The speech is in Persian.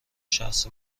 شخص